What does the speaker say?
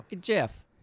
Jeff